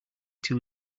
too